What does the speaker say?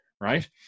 right